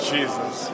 Jesus